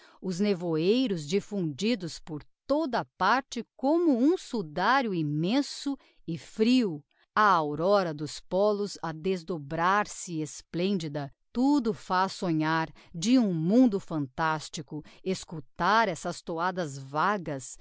os nevoeiros diffundidos por toda a parte como um sudario immenso e frio a aurora dos polos a desdobrar se esplendida tudo faz sonhar de um mundo phantastico escutar essas toadas vagas